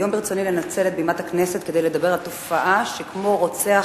היום ברצוני לנצל את בימת הכנסת כדי לדבר על תופעה שכמו רוצח